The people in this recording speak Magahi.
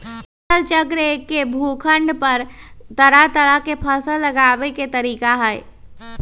फसल चक्र एक्के भूखंड पर तरह तरह के फसल लगावे के तरीका हए